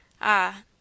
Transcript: Ah